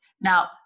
Now